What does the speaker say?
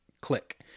click